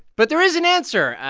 but there is an answer.